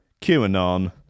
QAnon